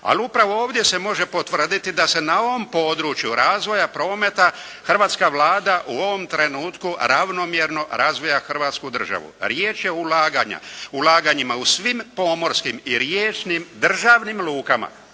Ali upravo ovdje se može potvrditi da se na ovom području razvoja prometa hrvatska Vlada u ovom trenutku ravnomjerno razvija hrvatsku državu. Riječ je o ulaganja, ulaganjima u svim pomorskim i riječnim, državnim lukama,